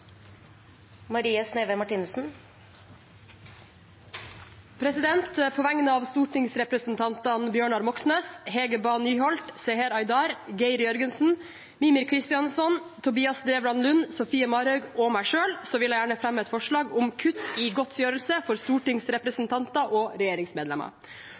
Marie Sneve Martinussen vil framsette to representantforslag. På vegne av stortingsrepresentantene Bjørnar Moxnes, Hege Bae Nyholt, Seher Aydar, Geir Jørgensen, Mímir Kristjánsson, Tobias Drevland Lund, Sofie Marhaug og meg selv vil jeg gjerne fremme et forslag om kutt i godtgjørelsene for stortingsrepresentanter og regjeringsmedlemmer.